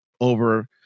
over